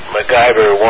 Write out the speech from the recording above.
MacGyver